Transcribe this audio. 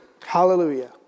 Hallelujah